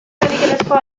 nikelezko